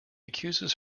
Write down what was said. accuses